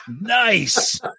Nice